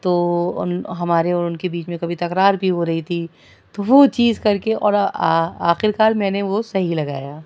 تو ہمارے اور ان کے بیچ میں کبھی تکرار بھی ہو رہی تھی تو وہ چیز کر کے اور آخر کار میں نے وہ صحیح لگایا